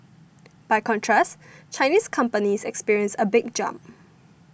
by contrast Chinese companies experienced a big jump